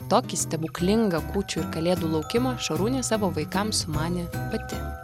tokį stebuklingą kūčių ir kalėdų laukimą šarūnė savo vaikams sumanė pati